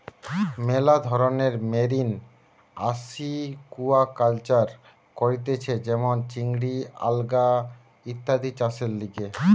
মেলা ধরণের marine aquaculture করতিছে যেমন চিংড়ি, আলগা ইত্যাদি চাষের লিগে